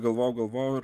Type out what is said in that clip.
galvojau galvojau ir